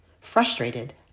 Frustrated